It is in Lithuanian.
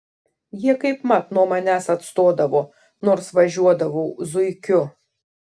jie kaip mat nuo manęs atstodavo nors važiuodavau zuikiu